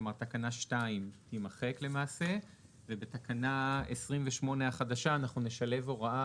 כלומר תקנה 2 תימחק למעשה ובתקנה 28 החדשה אנחנו נשלב הוראה